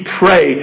pray